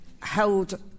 held